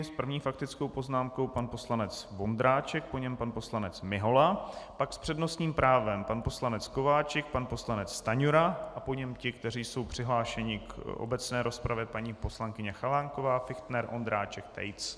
S první faktickou poznámkou pan poslanec Vondráček, po něm pan poslanec Mihola, pak s přednostním právem pan poslanec Kováčik, pan poslanec Stanjura a po něm ti, kteří jsou přihlášeni k obecné rozpravě, paní poslankyně Chalánková, Fichtner, Ondráček, Tejc.